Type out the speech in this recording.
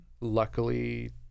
Luckily